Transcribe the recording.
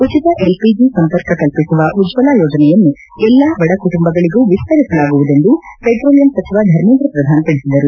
ಉಚಿತ ಎಲ್ಪಿಜಿ ಸಂಪರ್ಕ ಕಲ್ಪಿಸುವ ಉಜ್ವಲಾ ಯೋಜನೆಯನ್ನು ಎಲ್ಲಾ ಬಡ ಕುಟುಂಬಗಳಿಗೂ ವಿಸ್ತರಿಸಲಾಗುವುದೆಂದು ಪೆಟ್ರೋಲಿಯಂ ಸಚಿವ ಧರ್ಮೇಂದ್ರ ಪ್ರಧಾನ್ ತಿಳಿಸಿದರು